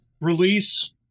release